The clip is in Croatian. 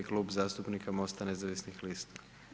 Klub zastupnika MOST-a nezavisnih lista.